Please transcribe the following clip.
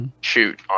shoot